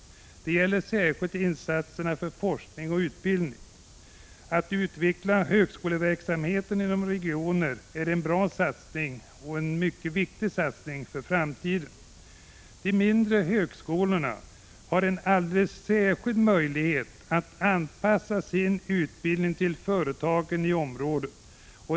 Detta gäller särskilt insatserna för forskning och utbildning. Att utveckla högskoleverksamheten inom regionen är en bra satsning för framtiden. De mindre högskolorna har en alldeles särskild möjlighet att anpassa sin utbildning till företagen i området.